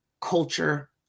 culture